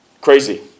Crazy